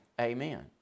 amen